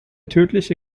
tödliche